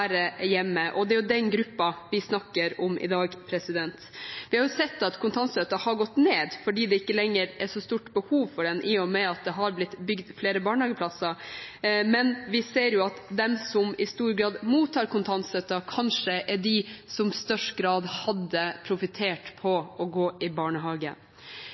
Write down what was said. hjemme, og det er den gruppen vi snakker om i dag. Vi har sett at bruken av kontantstøtte har gått ned fordi det ikke lenger er så stort behov for den, i og med at det har blitt bygd flere barnehageplasser, men vi ser at de som i stor grad mottar kontantstøtten, kanskje er de som i størst grad har barn som hadde profittert på å gå i barnehage.